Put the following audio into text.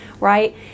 right